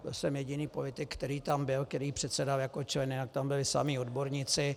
Byl jsem jediný politik, který tam byl, který předsedal jako člen, jinak tam byli samí odborníci.